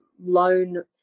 loan